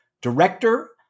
director